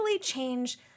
change